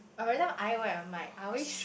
or everytime I wear a mic I always